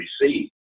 receive